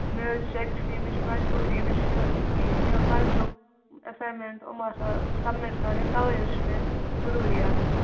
مے حٲز چھُ ایکسٹریم مےٚ چھِ مجبوری مےٚ چھِ یہِ کالجُک ایٚسیِنمیٚنٹ یِم آسان سَبمِٹ کَرٕنۍ تَوے حٲز چھِ مےٚ ضروٗری آسان